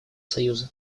союза